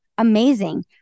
Amazing